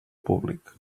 públic